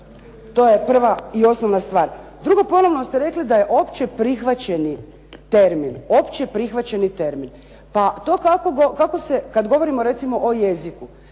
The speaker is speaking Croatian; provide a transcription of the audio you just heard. To je prva i osnovna stvar. Drugo, ponovno ste rekli da je općeprihvaćeni termin, općeprihvaćeni termin. Pa to kako se, kad govorimo recimo o jeziku,